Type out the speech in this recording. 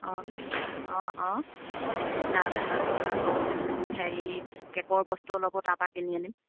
অঁ অঁ অঁ তাৰপিছত তোৰ আকৌ হেৰি কেকৰ বস্তু অলপ তাৰপা কিনি আনিম